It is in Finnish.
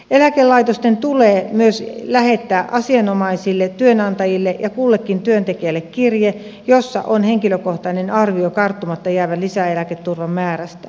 eläkelaitosten tulee myös lähettää asianomaisille työnantajille ja kullekin työntekijälle kirje jossa on henkilökohtainen arvio karttumatta jäävän lisäeläketurvan määrästä